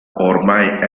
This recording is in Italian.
ormai